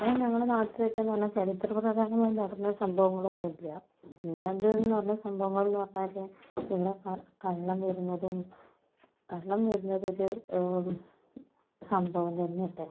ഇവിടെ ഞങ്ങളുടെ നാട്ടിലൊക്കെ എന്ന് പറഞ്ഞാൽ ചരിത്രപ്രധാനമായി നടന്ന സംഭവങ്ങൾ ഒന്നും ഇല്ല പിന്നെ അത് എന്ന് പറഞ്ഞാൽ സംഭവങ്ങൾ എന്ന് പറഞ്ഞാൽ ഇവിടെ കള്ള കള്ളൻ വരുന്നതും കള്ളൻ വരുന്നതൊരു സംഭവം തന്നെയാണ് ഇവിടെ